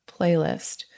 playlist